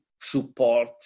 support